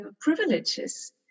privileges